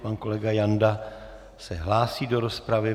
Pan kolega Janda se hlásí do rozpravy.